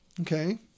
okay